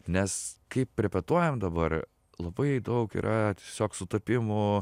nes kaip repetuojam dabar labai daug yra tiesiog sutapimų